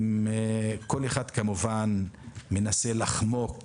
כול אחד מנסה לחמוק